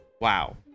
Wow